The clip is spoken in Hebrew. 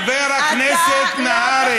חבר הכנסת נהרי,